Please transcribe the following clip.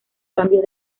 cambios